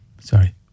Sorry